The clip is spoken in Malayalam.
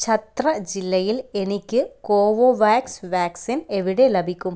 ഛത്ര ജില്ലയിൽ എനിക്ക് കോവോവാക്സ് വാക്സിൻ എവിടെ ലഭിക്കും